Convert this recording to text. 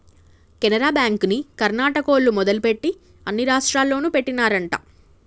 కెనరా బ్యాంకుని కర్ణాటకోల్లు మొదలుపెట్టి అన్ని రాష్టాల్లోనూ పెట్టినారంట